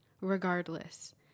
regardless